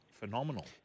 Phenomenal